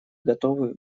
готовы